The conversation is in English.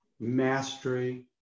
mastery